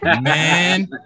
Man